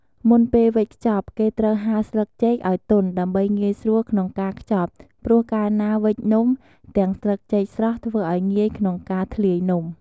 មុនពេលវេចខ្ចប់ គេត្រូវហាលស្លឹកចេកឱ្យទន់ដើម្បីងាយស្រួលក្នុងការខ្ចប់ព្រោះកាលណាវេចនំទាំងស្លឹកចេកស្រស់ធ្វើឱ្យងាយក្នុងការធ្លាយនំ។